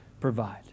provide